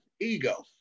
Ego